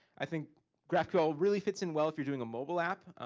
i think graphql really fits in well, if you're doing a mobile app.